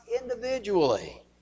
individually